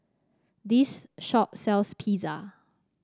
this shop sells Pizza